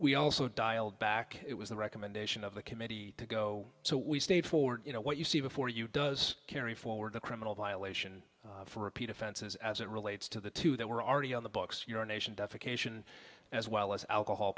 we also dialed back it was the recommendation of the committee to go so we stayed for you know what you see before you does carry forward a criminal violation for repeat offenses as it relates to the two that were already on the books your nation def occasion as well as alcohol